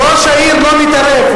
ראש העיר לא מתערב,